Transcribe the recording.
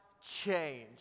change